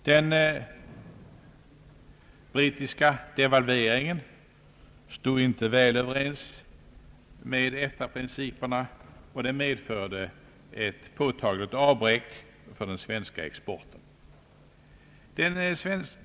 Den brittiska devalveringen stod inte i god överensstämmelse med EFTA-principerna och medförde ett påtagligt avbräck för den svenska exporten.